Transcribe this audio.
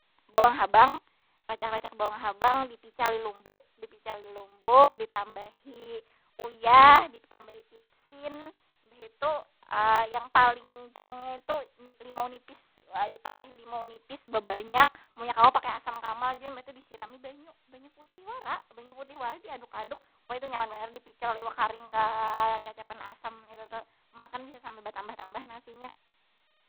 Bawang habang, racak racak bawang habang dipicali lumbuk, dipicali lumbuk, ditambahi uyah, ditambahi pitsin. Mbah itu yang paling gongnya itu, limau nipis. Wah diparahi limau nipis babanyak, munnya kawa pakai asam kamal jua. Imbah tu disirami banyu, banyu putih wara. Banyu putih wara diaduk- aduk. Ma itu nyaman banar dipical iwak karing ka cacapan asam itu tu, makan bisa sampai batambah- tambah nasinya.